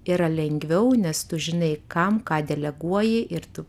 yra lengviau nes tu žinai kam ką deleguoji ir tu